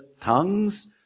tongues